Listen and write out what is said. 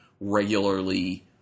regularly